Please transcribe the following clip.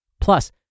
Plus